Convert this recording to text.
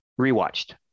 Rewatched